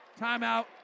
Timeout